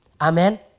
Amen